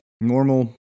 Normal